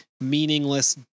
meaningless